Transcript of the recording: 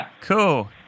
Cool